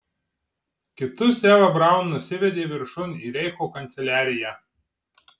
kitus eva braun nusivedė viršun į reicho kanceliariją